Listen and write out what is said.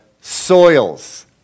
soils